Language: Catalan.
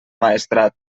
maestrat